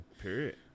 Period